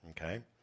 Okay